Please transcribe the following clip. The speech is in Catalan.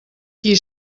qui